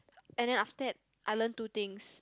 and then after that I learn two things